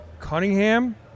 Cunningham